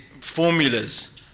formulas